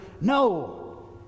No